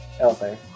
okay